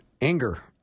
anger